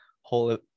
whole